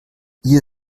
hier